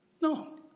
No